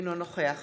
אינו נוכח